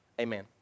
Amen